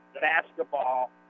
basketball